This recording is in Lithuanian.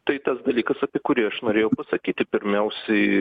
tai tas dalykas apie kurį aš norėjau pasakyti pirmiausiai